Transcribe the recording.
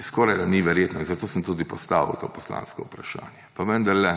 skorajda ni verjetno; in zato sem tudi postavil to poslansko vprašanje. Pa vendarle